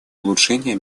улучшения